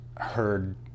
heard